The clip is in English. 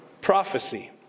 prophecy